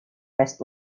west